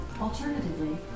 Alternatively